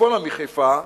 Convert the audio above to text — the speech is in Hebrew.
צפונה מחיפה,